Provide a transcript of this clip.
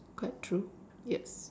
quite true yes